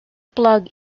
plug